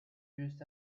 used